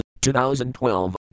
2012